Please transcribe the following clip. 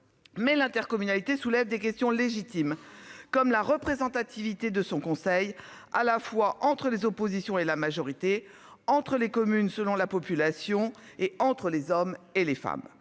mais l'intercommunalité soulève des questions légitimes comme la représentativité de son conseil à la fois entre les oppositions et la majorité entre les communes selon la population et entre les hommes et les femmes